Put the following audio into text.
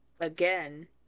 again